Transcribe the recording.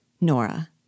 Nora